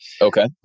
Okay